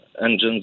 engines